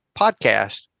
podcast